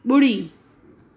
ॿुड़ी